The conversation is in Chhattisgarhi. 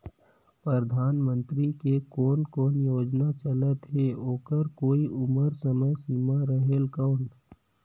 परधानमंतरी के कोन कोन योजना चलत हे ओकर कोई उम्र समय सीमा रेहेल कौन?